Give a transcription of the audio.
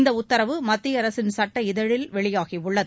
இந்த உத்தரவு மத்திய அரசின் சட்ட இதழில் வெளியாகியுள்ளது